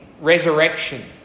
resurrection